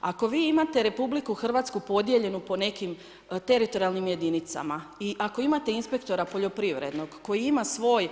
Ako vi imate RH podijeljenu po nekim teritorijalnim jedinicama i ako imate inspektora poljoprivrednog koji ima svoj